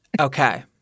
Okay